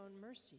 mercy